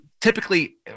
typically